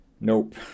Nope